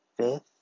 Fifth